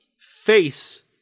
face